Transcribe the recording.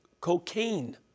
cocaine